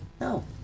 No